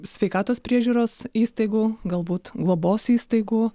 sveikatos priežiūros įstaigų galbūt globos įstaigų